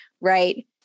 right